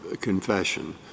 confession